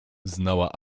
znała